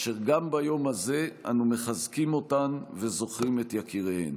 אשר גם ביום הזה אנו מחזקים אותן וזוכרים את יקיריהן.